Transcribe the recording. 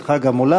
את חג המולד,